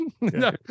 No